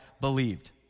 believed